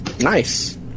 Nice